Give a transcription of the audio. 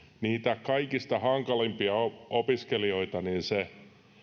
niitä kaikista hankalimpia opiskelijoita se